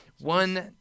one